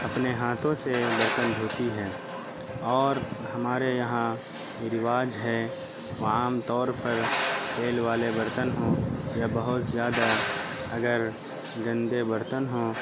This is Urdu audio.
اپنے ہاتھوں سے برتن دھوتی ہیں اور ہمارے یہاں رواج ہے وہ عام طور پر تیل والے برتن ہوں یا بہت زیادہ اگر گندے برتن ہوں